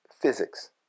physics